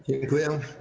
Dziękuję.